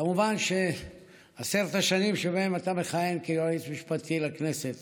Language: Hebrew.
כמובן שעשר השנים שבהן אתה מכהן כיועץ משפטי לכנסת